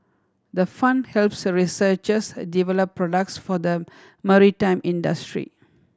the fund helps researchers develop products for the maritime industry